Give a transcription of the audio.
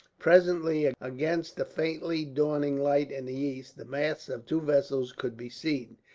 presently, against the faintly dawning light in the east, the masts of two vessels could be seen.